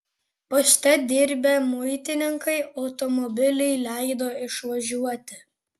poste dirbę muitininkai automobiliui leido išvažiuoti